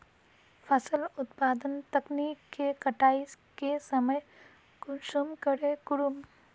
फसल उत्पादन तकनीक के कटाई के समय कुंसम करे करूम?